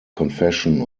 confession